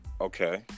okay